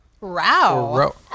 row